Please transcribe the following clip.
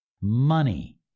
Money